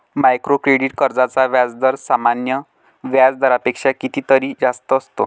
micro credit कर्जांचा व्याजदर सामान्य व्याज दरापेक्षा कितीतरी जास्त असतो